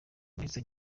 umulisa